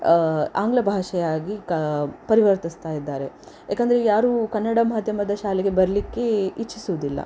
ಆಂಗ್ಲಭಾಷೆಯಾಗಿ ಕ ಪರಿವರ್ತಿಸ್ತಾಯಿದ್ದಾರೆ ಯಾಕೆಂದರೆ ಯಾರು ಕನ್ನಡ ಮಾಧ್ಯಮದ ಶಾಲೆಗೆ ಬರಲಿಕ್ಕೆ ಇಚ್ಛಿಸುವುದಿಲ್ಲ